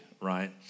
right